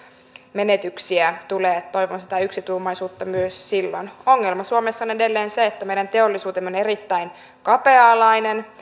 menetyksiä tulee toivon sitä yksituumaisuutta myös silloin ongelma suomessa on edelleen se että meidän teollisuutemme on erittäin kapea alainen